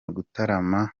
gutaramana